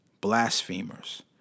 blasphemers